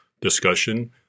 discussion –